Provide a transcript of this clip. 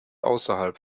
außerhalb